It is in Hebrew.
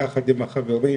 יחד עם החברים,